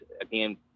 again